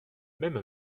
même